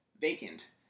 vacant